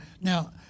Now